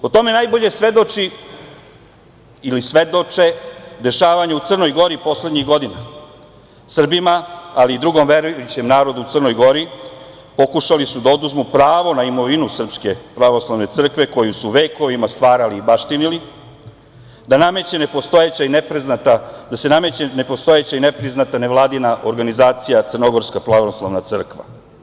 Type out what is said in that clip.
O tome najbolje svedoči ili svedoče dešavanja u Crnoj Gori poslednjih godina Srbima, ali i drugom verujućem narodu u Crnoj Gori pokušali su da oduzmu pravo na imovinu Srpske pravoslavne crkve koju su vekovima stvarali i baštinili, da se nameće nepostojeće i nepriznata nevladina organizacija Crnogorska pravoslavna crkva.